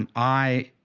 um i,